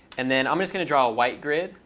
and then i'm just going to draw a white grid,